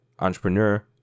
entrepreneur